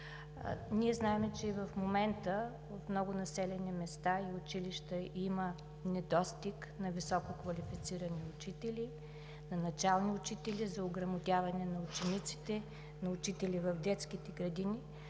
Ние знаем, че и в момента в много населени места и училища има недостиг на висококвалифицирани учители, на начални учители за ограмотяване на учениците, на учители в детските градини.